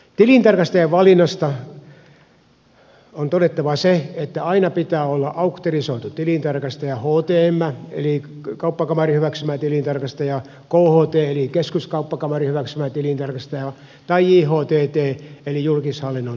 tilintarkastajan valinnasta on todettava se että aina pitää olla auktorisoitu tilintarkastaja htm eli kauppakamarin hyväksymä tilintarkastaja kht eli keskuskauppakamarin hyväksymä tilintarkastaja tai jhtt eli julkishallinnon tilintarkastaja